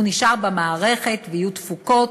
הוא נשאר במערכת ויהיו תפוקות.